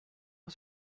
was